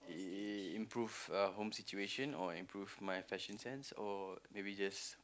improve uh home situation or improve my fashion sense or maybe just